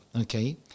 okay